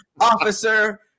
Officer